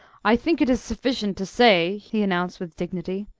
i think it sufficient to say, he announced with dignity,